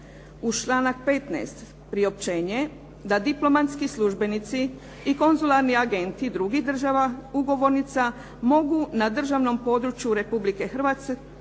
Uz članak 15. priopćenje da diplomatski službenici i konzularni agenti drugih država ugovornica mogu na državnom području Republike Hrvatske